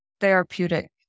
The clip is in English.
therapeutic